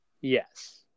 Yes